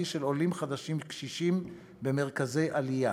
של עולים חדשים קשישים הנמצאים במרכזים לעולים.